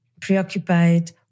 preoccupied